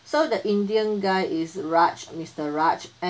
so the indian guy is raj mister raj and